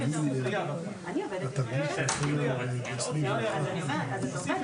שקלים בגין כל מיני לקונות שלא נלקחו